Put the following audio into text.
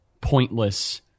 pointless